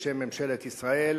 בשם ממשלת ישראל,